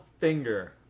Finger